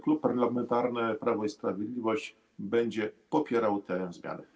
Klub Parlamentarny Prawo i Sprawiedliwość będzie popierał te zmiany.